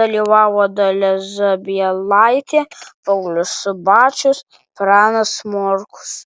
dalyvavo dalia zabielaitė paulius subačius pranas morkus